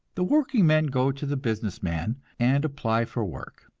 the working men go to the business man and apply for work.